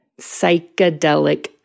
psychedelic